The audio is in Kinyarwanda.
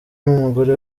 n’umugore